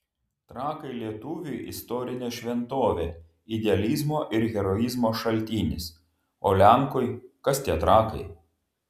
trakai lietuviui istorinė šventovė idealizmo ir heroizmo šaltinis o lenkui kas tie trakai